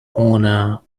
owner